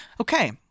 okay